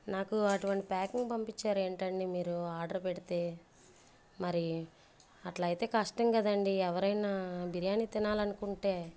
నాకు అటువంటి ప్యాకింగ్ పంపించారు ఏంటండీ మీరు ఆర్డర్ పెడితే మరి అట్లా అయితే కష్టం కదండీ ఎవరైనా బిర్యానీ తినాలనుకుంటే